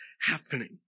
happening